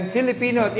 Filipino